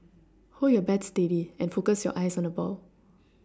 hold your bat steady and focus your eyes on the ball